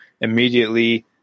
immediately